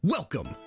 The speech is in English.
Welcome